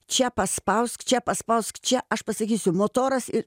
čia paspausk čia paspausk čia aš pasakysiu motoras ir